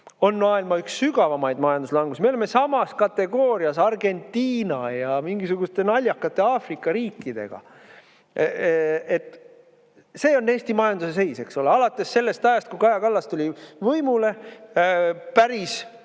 maailma sügavaimaid majanduslangusi. Me oleme samas kategoorias Argentina ja mingisuguste naljakate Aafrika riikidega. Selline on Eesti majanduse seis. Alates sellest ajast, kui Kaja Kallas tuli võimule, olles